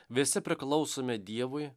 visi priklausome dievui